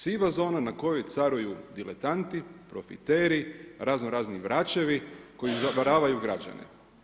Siva zona, na kojoj caruju diletanti, profiteri, razno razni vračevi koji zavaravaju građane.